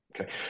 Okay